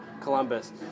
Columbus